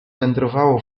wędrowało